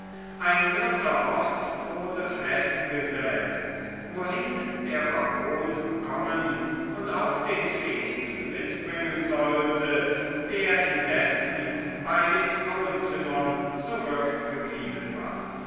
ein dritter ort wurde festgesetzt wohin der baron kommen und auch den felix mitbringen sollte der indessen bei den frauenzimmern zurückgeblieben war